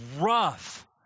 rough